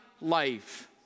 life